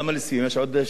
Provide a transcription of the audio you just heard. יש עוד שתי שניות.